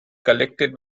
collected